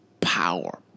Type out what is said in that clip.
power